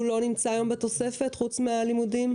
לא נמצא היום בתוספת חוץ מהלימודים?